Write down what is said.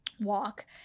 walk